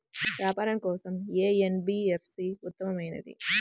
వ్యాపారం కోసం ఏ ఎన్.బీ.ఎఫ్.సి ఉత్తమమైనది?